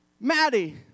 Maddie